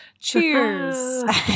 cheers